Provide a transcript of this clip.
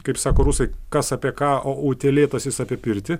kaip sako rusai kas apie ką o utėlėtas jis apie pirtį